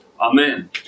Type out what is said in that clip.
amen